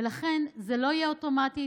ולכן זה לא יהיה אוטומטית.